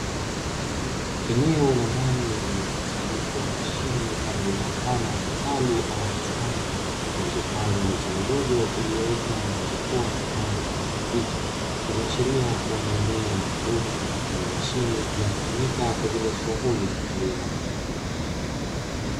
Eneo la ndani lenye mkusanyiko wa mashine pamoja na mfano wa vitalu ama bustani, zilizopandwa miche midogo iliyoota na kuchipua kwa rangi ya kijani kibichi, ikiashiria kuwa ni eneo maalum lenye mashine zinazotumika kwa ajili ya shughuli za kilimo.